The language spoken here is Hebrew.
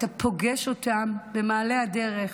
אתה פוגש אותם במעלה הדרך,